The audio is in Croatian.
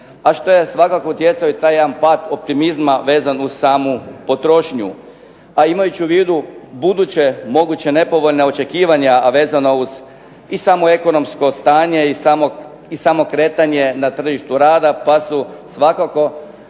a što je svakako utjecao i taj jedan pad optimizma vezan uz samu potrošnju. A imajući u vidu buduća moguća nepovoljna očekivanja, a vezana uz i samo ekonomsko stanje i samo kretanje na tržištu rada ta su svakako